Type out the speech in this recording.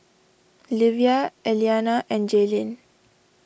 Livia Elliana and Jaelyn